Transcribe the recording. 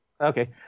Okay